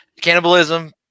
Cannibalism